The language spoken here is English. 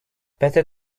better